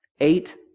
eight